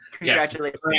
congratulations